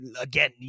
again